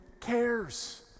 cares